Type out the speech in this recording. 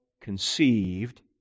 conceived